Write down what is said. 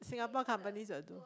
Singapore companies will do